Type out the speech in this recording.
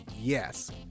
Yes